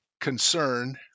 concern